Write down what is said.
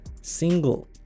single